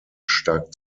stark